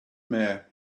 mayor